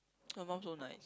her mum so nice